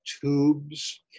tubes